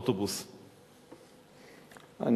ואוטובוסים,